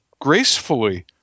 gracefully